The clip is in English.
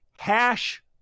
hash